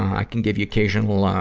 i can give you occasional, ah,